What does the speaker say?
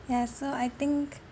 yeah so I think